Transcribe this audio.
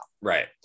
right